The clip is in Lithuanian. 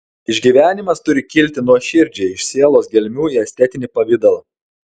išgyvenimas turi kilti nuoširdžiai iš sielos gelmių į estetinį pavidalą